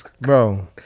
Bro